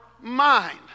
mind